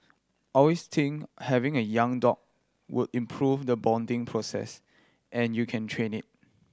always think having a young dog would improve the bonding process and you can train it